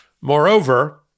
Moreover